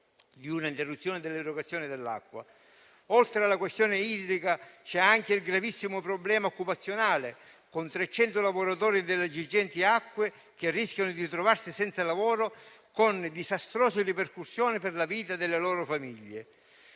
di un'interruzione dell'erogazione dell'acqua. Oltre alla questione idrica, c'è anche il gravissimo problema occupazionale, con 300 lavoratori della Girgenti Acque che rischiano di trovarsi senza lavoro, con disastrose ripercussioni sulla vita delle loro famiglie.